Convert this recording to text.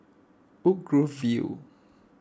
Woodgrove View